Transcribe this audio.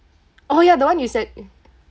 oh ya the one you said